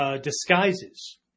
disguises